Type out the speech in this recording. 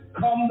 come